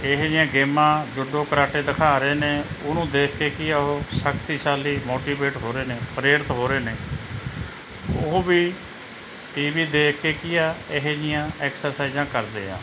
ਇਹ ਜਿਹੀਆਂ ਗੇਮਾਂ ਜੂਡੋ ਕਰਾਟੇ ਦਿਖਾ ਰਹੇ ਨੇ ਉਹਨੂੰ ਦੇਖ ਕੇ ਕੀ ਉਹ ਸ਼ਕਤੀਸ਼ਾਲੀ ਮੋਟੀਵੇਟ ਹੋ ਰਹੇ ਨੇ ਪ੍ਰੇਰਿਤ ਹੋ ਰਹੇ ਨੇ ਉਹ ਵੀ ਟੀਵੀ ਦੇਖ ਕੇ ਕੀ ਆ ਇਹ ਜਿਹੀਆਂ ਐਕਸਰਸਾਈਜ਼ਾਂ ਕਰਦੇ ਆ